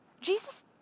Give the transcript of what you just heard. Jesus